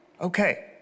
Okay